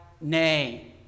name